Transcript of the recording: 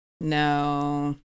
no